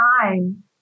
time